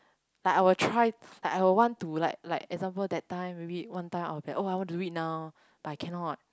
like I will try like I will want to like like example that time maybe one time I will be like !wah! I want to read now but I cannot